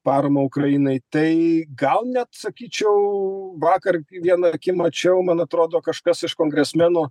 paramą ukrainai tai gal net sakyčiau vakar viena akim mačiau man atrodo kažkas iš kongresmeno